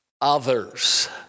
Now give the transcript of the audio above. others